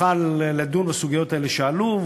נוכל לדון בסוגיות האלה שעלו,